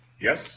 Yes